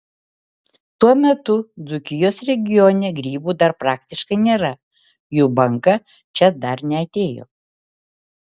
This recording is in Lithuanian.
tuo metu dzūkijos regione grybų dar praktiškai nėra jų banga čia dar neatėjo